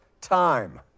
time